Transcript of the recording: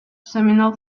seminal